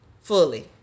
fully